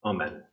Amen